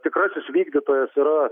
tikrasis vykdytojas yra